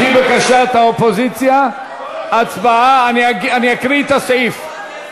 לפי בקשת האופוזיציה, אני אקריא את הסעיף.